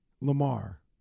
Lamar